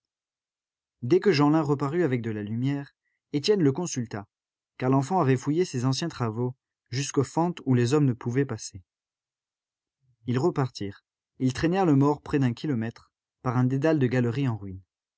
dès que jeanlin reparut avec de la lumière étienne le consulta car l'enfant avait fouillé ces anciens travaux jusqu'aux fentes où les hommes ne pouvaient passer ils repartirent ils traînèrent le mort près d'un kilomètre par un dédale de galeries en ruine